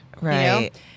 Right